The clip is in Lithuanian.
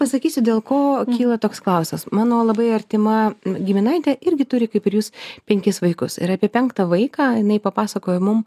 pasakysiu dėl ko kyla toks klausas mano labai artima giminaitė irgi turi kaip ir jūs penkis vaikus ir apie penktą vaiką jinai papasakojo mum